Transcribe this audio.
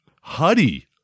Huddy